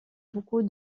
beaucoup